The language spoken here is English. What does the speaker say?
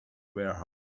warehouse